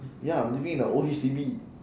ya I'm living in a old H_D_B